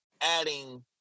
adding